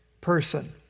person